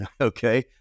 okay